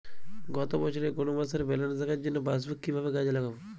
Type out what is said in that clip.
গত বছরের কোনো মাসের ব্যালেন্স দেখার জন্য পাসবুক কীভাবে কাজে লাগাব?